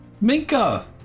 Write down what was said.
Minka